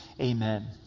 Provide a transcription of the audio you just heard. amen